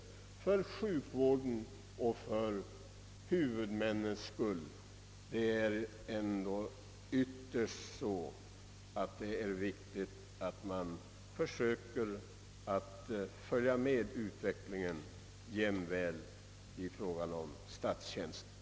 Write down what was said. Både med hänsyn till sjukvården och dess huvudmän är det ytterst viktigt att man försöker följa med utvecklingen även när det gäller reglerna för tillsättning av tjänsterna.